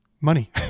money